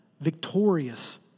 victorious